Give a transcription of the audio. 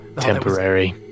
temporary